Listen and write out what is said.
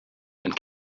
and